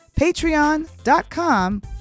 patreon.com